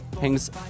hangs